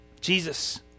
Jesus